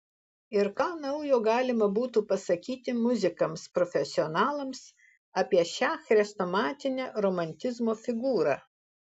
ir ką naujo galima būtų pasakyti muzikams profesionalams apie šią chrestomatinę romantizmo figūrą